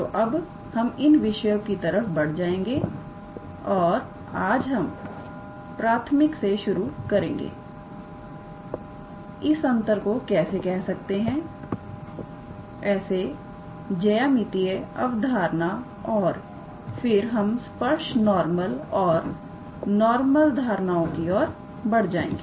तो अब हम इन विषयों की तरह बढ़ जाएंगे और आज हम प्राथमिक से शुरुआत करेंगे इस अंतर को कैसे कह सकते हैं ऐसे ज्यामितीय अवधारणा और फिर हम स्पर्श नॉर्मल और बायनॉर्मल धारणाओं की ओर बढ़ जाएंगे